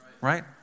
Right